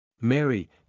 Mary